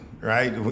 Right